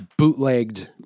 bootlegged